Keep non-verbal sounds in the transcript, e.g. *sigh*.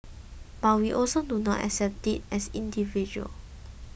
but we also do not accept it as *unintelligible*